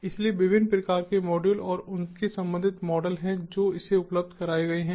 इसलिए विभिन्न प्रकार के मॉड्यूल और उनके संबंधित मॉडल हैं जो इसे उपलब्ध कराए गए हैं